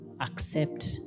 accept